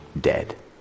dead